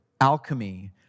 alchemy